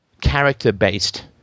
character-based